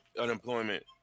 unemployment